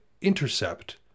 intercept